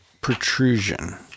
protrusion